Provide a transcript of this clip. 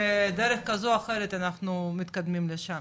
בדרך כזו או אחרת, אנחנו מתקדמים לשם.